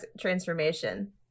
transformation